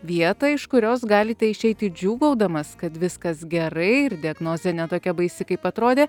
vietą iš kurios galite išeiti džiūgaudamas kad viskas gerai ir diagnozė ne tokia baisi kaip atrodė